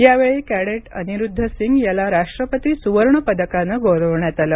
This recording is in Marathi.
यावेळी कॅडेट अनिरुद्धसिंग याला राष्ट्रपति सुवर्ण पदकानं गौरवण्यात आलं